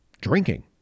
drinking